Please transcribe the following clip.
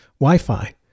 Wi-Fi